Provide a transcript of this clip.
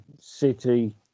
City